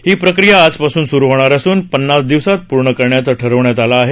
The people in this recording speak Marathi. ही प्रक्रिया आजपासून सुरू होणार असून पन्नास दिवसात पूर्ण करण्याचं ठरवण्यात आलं आहे